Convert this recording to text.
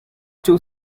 two